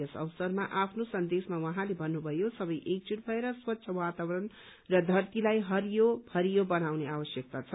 यस अवसरमा आफ्नो सन्देशमा उहाँले भन्नुभयो सबै एकजुट भएर स्वच्छ वातावरण र धरतीलाई हरियो भरियो बनाउने आवश्यकता छ